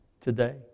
today